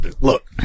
Look